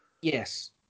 Yes